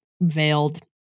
veiled